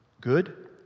good